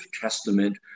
Testament